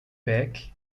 wijk